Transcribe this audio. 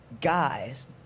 guys